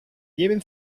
lleven